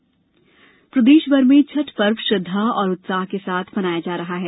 छठ पूजा प्रदेश भर में छठ पर्व श्रद्धा और उत्साह से मनाया जा रहा है